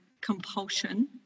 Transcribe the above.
compulsion